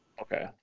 Okay